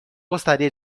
gostaria